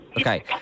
Okay